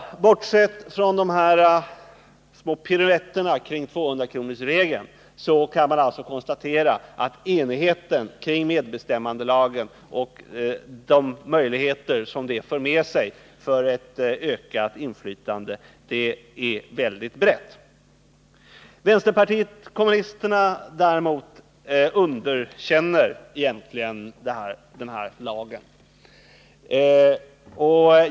Men bortsett från de här små piruetterna kring 200-kronorsregeln kan man konstatera att enigheten kring medbestämmandelagen och de möjligheter den för med sig för ett ökat inflytande är väldigt bred. Vänsterpartiet kommunisterna däremot underkänner egentligen den här lagen.